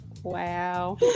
Wow